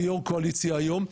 כיו"ר קואליציה היום,